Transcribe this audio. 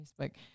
Facebook